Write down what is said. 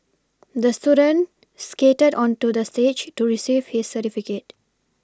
the student skated onto the stage to receive his certificate